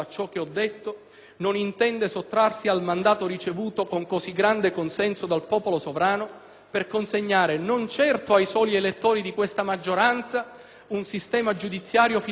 non intende sottrarsi al mandato ricevuto con così grande consenso dal popolo sovrano per consegnare, non certo ai soli elettori di questa maggioranza, un sistema giudiziario finalmente giusto,